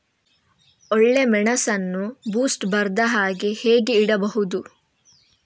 ಒಳ್ಳೆಮೆಣಸನ್ನು ಬೂಸ್ಟ್ ಬರ್ದಹಾಗೆ ಹೇಗೆ ಇಡಬಹುದು?